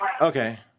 Okay